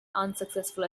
unsuccessful